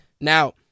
Now